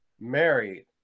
married